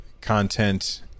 content